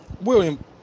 William